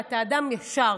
ואתה אדם ישר,